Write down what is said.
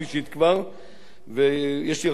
יש לי הרגשה שגם הפעם הליכוד,